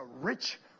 rich